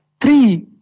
three